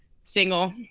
single